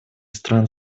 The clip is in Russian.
стран